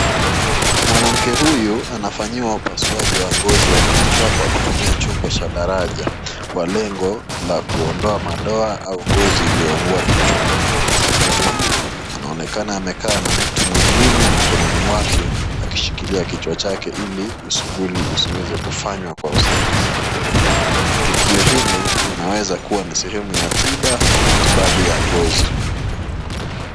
Mwanamke huyu anafanyiwa upasuaji wa ngozi ya kichwa kwa kutumia chombo cha daraja kwa lengo la kuondoa madoa au ngozi iliyounguwa kichwani. Mtu huyo anaonekana amekaa na mtu mwingine mkononi mwake akishikilia kichwa chake ili usuguli usiweze kufanywa kwa usahihi, tukio hili linaweza kuwa ni sehemu ya tiba ama matibabu ya ngozi.